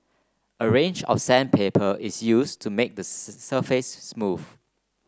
a range of sandpaper is use to make the surface smooth